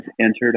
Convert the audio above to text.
entered